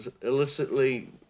illicitly